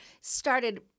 started